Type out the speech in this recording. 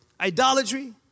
idolatry